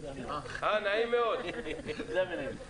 אני מודה לך שהקשבת לדיון.